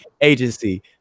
agency